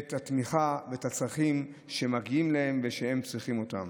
את התמיכה ואת הצרכים שמגיעים להם ושהם צריכים אותם.